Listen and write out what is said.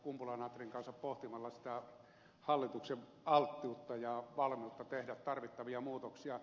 kumpula natrin kanssa pohtimalla sitä hallituksen alttiutta ja valmiutta tehdä tarvittavia muutoksia